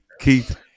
Keith